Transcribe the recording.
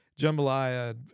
jambalaya